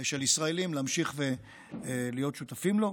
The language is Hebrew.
ישראלים להמשיך להיות שותפים לו.